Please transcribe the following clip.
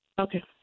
Okay